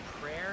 prayer